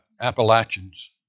Appalachians